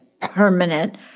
permanent